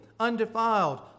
undefiled